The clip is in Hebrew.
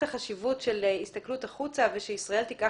את החשיבות של הסתכלות החוצה ושישראל תיקח